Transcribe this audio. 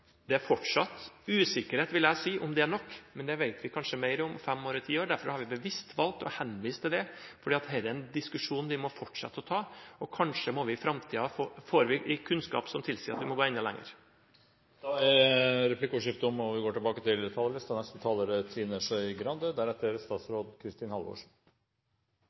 Det er fortsatt usikkerhet, vil jeg si, om det er nok, men det vet vi kanskje mer om om fem eller ti år. Derfor har vi bevisst valgt å henvise til det. Dette er en diskusjon vi fortsatt må ha. I framtiden får vi kanskje kunnskap som tilsier at vi må gå enda lenger. Replikkordskiftet er omme. Det er nesten 300 000 barn som går i barnehage hver dag. Det er utrolig mange unger. Jeg vil begynne å gi litt ros til